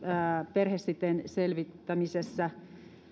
perhesiteen selvittämisessä